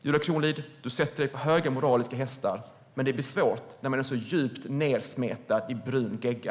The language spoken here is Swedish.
Julia Kronlid sätter sig på höga moraliska hästar, men det blir svårt när man är så djupt nedsmetad i brun gegga.